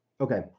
okay